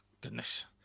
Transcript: goodness